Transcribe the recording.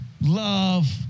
love